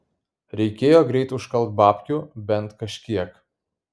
reikėjo greit užkalt babkių bent kažkiek